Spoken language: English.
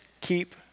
keep